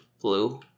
blue